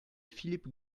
philippe